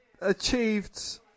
achieved